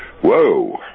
whoa